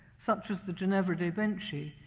such as the ginevra de' benci,